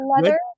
leather